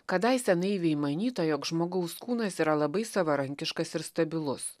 kadaise naiviai manyta jog žmogaus kūnas yra labai savarankiškas ir stabilus